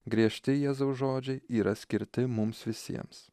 griežti jėzaus žodžiai yra skirti mums visiems